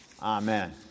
Amen